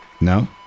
No